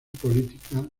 política